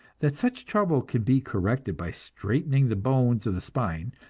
that such trouble can be corrected by straightening the bones of the spine,